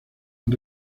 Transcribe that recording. han